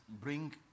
bring